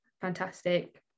fantastic